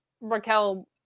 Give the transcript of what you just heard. Raquel